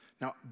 Now